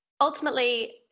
ultimately